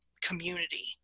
community